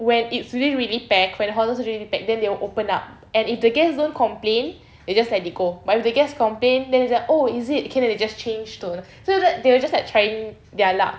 when it's really really packed like the hotel really packed then they will open it up and if the guests don't complain they just let it go but if the guests complain then cam oh is it then they just change to so the they will just like trying their luck